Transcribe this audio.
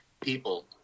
people